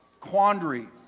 quandary